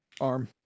arm